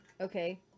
Okay